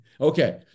Okay